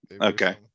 okay